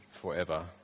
forever